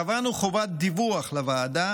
קבענו חובת דיווח לוועדה